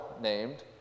named